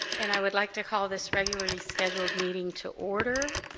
and i would like to call this regularly scheduled meeting to order